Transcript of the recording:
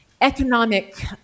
economic